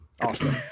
Awesome